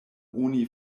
oni